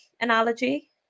analogy